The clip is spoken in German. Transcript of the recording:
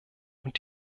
und